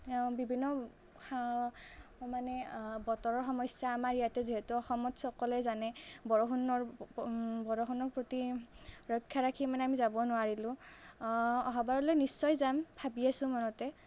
বিভিন্ন মানে বতৰৰ সমস্যা আমাৰ ইয়াতে যিহেতু অসমত সকলোৱে জানে বৰষুণৰ বৰষুণৰ প্ৰতি ৰক্ষা ৰাখি মানে আমি যাব নোৱাৰিলোঁ অহাবাৰলৈ নিশ্চয় যাম ভাবি আছোঁ মনতে